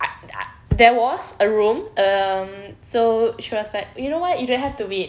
I I there was a room um so she was like you know what you don't have to wait